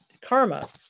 karma